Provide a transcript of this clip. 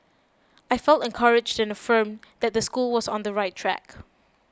I felt encouraged and affirmed that the school was on the right track